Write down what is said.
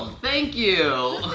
thank you,